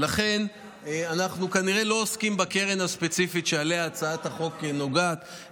לכן אנחנו כנראה לא עוסקים בקרן הספציפית שאליה הצעת החוק נוגעת,